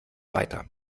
weiter